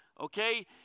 okay